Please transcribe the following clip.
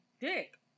dick